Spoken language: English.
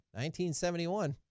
1971